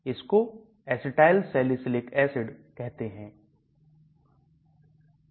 इसको acetylsalicylic acid कहते हैं